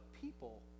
people